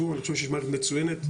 מערכת מצויינת.